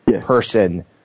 person